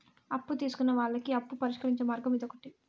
అప్పు తీసుకున్న వాళ్ళకి అప్పు పరిష్కరించే మార్గం ఇదొకటి